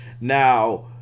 Now